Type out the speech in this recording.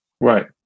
Right